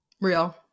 Real